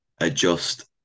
adjust